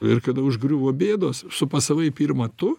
ir kada užgriuvo bėdos supasavai pirma tu